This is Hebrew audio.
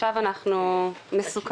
עכשיו אנחנו מסוכמים.